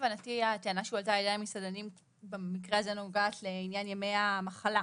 הטענה שהועלתה על ידי המסעדנים נוגעת לימי המחלה.